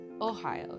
Ohio